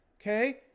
Okay